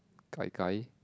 gai-gai